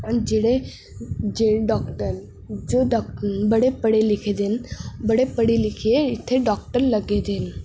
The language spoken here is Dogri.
जेहड़े जेहड़े डाॅक्टर ना बड़े पढ़े लिखे दे ना बड़ी पढ़ी लिखी इत्थै डाक्टर लग्गे दे न